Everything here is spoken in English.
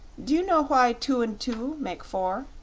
do you know why two and two make four?